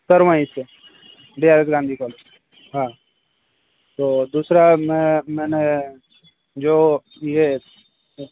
sir वहीं से D R S Gandhi college हाँ तो और दूसरा मैं मैंने जो ये